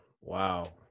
Wow